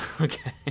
okay